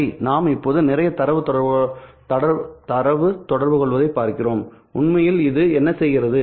சரிநாம் இப்போது நிறைய தரவு தொடர்புகொள்வதைப் பார்க்கிறோம் உண்மையில் அது என்ன செய்கிறது